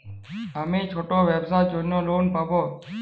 আমি ছোট ব্যবসার জন্য লোন পাব?